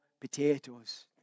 potatoes